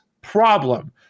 problem